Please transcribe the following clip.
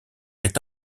est